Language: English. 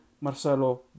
Marcelo